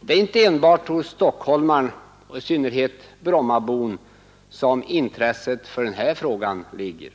Det är inte enbart hos stockholmaren och i synnerhet brommabon som intresset för den här frågan ligger.